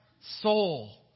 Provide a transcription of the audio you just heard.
soul